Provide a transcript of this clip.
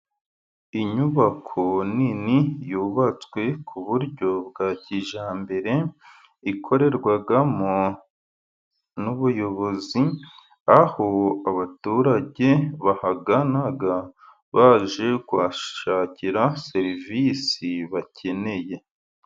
Inyubako nini yubatswe ku buryo bwa kijyambere. Ikorerwagamo n'ubuyobozi, aho abaturage bahagana baje kushakira serivisi bakeneye.